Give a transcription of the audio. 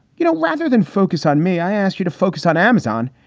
you know, rather than focus on me, i asked you to focus on amazon,